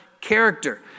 character